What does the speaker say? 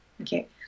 Okay